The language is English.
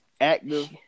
active –